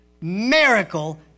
miracle